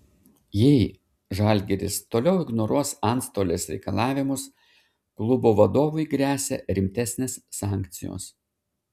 jei žalgiris toliau ignoruos antstolės reikalavimus klubo vadovui gresia rimtesnės sankcijos